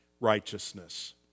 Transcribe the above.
righteousness